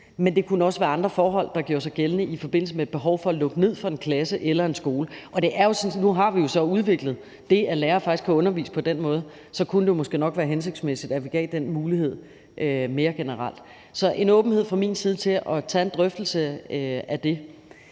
men det kunne også være andre forhold, der gjorde sig gældende i forbindelse med et behov for at lukke ned for en klasse eller en skole. Nu har vi jo så udviklet det, at lærere faktisk kan undervise på den måde. Så kunne det måske nok være hensigtsmæssigt, at vi da gav den mulighed mere generelt. Så der er en åbenhed fra min side i forhold til at tage en drøftelse af det.